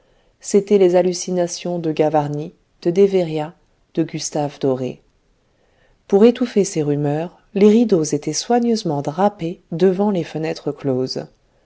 c'étaient les hallucinations de gavarni de deveria de gustave doré pour étouffer ces rumeurs les rideaux étaient soigneusement drapés devant les fenêtres closes